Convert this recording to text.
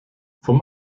vom